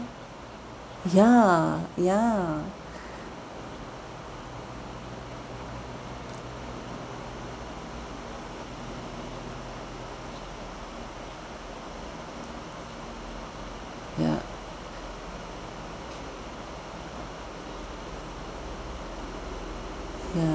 ya ya ya ya